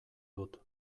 dut